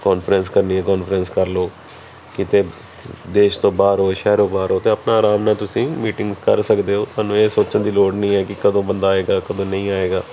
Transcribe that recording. conference ਕਰਨੀ ਹੈ conference ਕਰ ਲਉ ਕਿਤੇ ਦੇਸ਼ ਤੋਂ ਬਾਹਰ ਹੋ ਸ਼ਹਿਰੋ ਬਾਹਰ ਹੋ ਅਤੇ ਆਪਣਾ ਆਰਾਮ ਨਾਲ ਤੁਸੀਂ ਮੀਟਿੰਗ ਕਰ ਸਕਦੇ ਹੋ ਤੁਹਾਨੂੰ ਇਹ ਸੋਚਣ ਦੀ ਲੋੜ ਨਹੀਂ ਹੈ ਕਿ ਕਦੋਂ ਬੰਦਾ ਆਏਗਾ ਕਦੋਂ ਨਹੀਂ ਆਏਗਾ